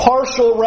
Partial